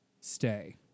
Stay